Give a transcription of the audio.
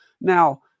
Now